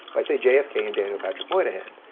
well i say jfk and daniel patrick moynihan,